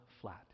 flat